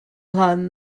hlan